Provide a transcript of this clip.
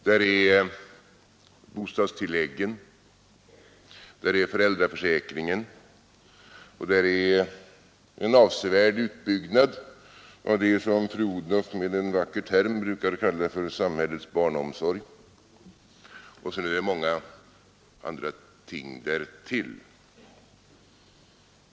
Det är bostadstilläggen, föräldraförsäkringen och en avsevärd utbyggnad av det som fru Odhnoff med en vacker term brukar kalla för samhällets barnomsorg och många andra ting därtill.